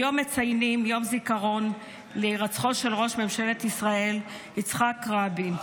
היום מציינים יום זיכרון להירצחו של ראש ממשלת ישראל יצחק רבין.